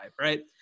right